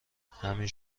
همین